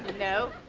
no,